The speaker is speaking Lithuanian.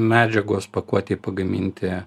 medžiagos pakuotei pagaminti